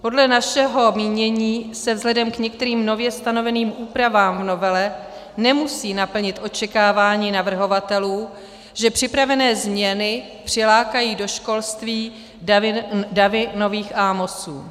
Podle našeho mínění se vzhledem k některým nově stanoveným úpravám v novele nemusí naplnit očekávání navrhovatelů, že připravené změny přilákají do školství davy nových Amosů.